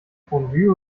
fondue